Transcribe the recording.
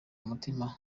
umutima